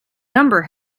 number